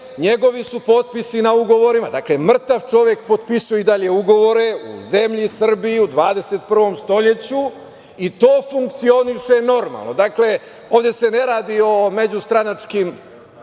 Njegovi su potpisi na ugovorima, dakle, mrtav čovek potpisuje i dalje ugovore u zemlji Srbiji u 21. veku i to funkcioniše normalno. Ovde se ne radi o međustranačkim